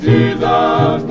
Jesus